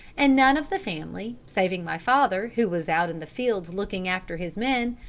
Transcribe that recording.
and none of the family, saving my father, who was out in the fields looking after his men,